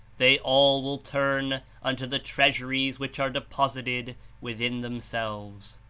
they all will turn unto the treasuries which are deposited within themselves.